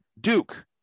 duke